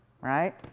right